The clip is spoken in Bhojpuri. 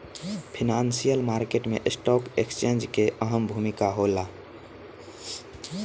फाइनेंशियल मार्केट में स्टॉक एक्सचेंज के अहम भूमिका होला